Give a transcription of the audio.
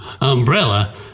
Umbrella